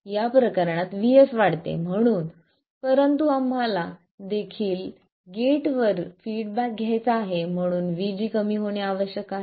या प्रकरणात VS वाढते परंतु आम्हाला देखील गेटवर फीडबॅक घ्यायचा आहे म्हणून VG कमी होणे आवश्यक आहे